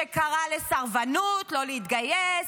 שקרא לסרבנות, לא להתגייס,